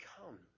come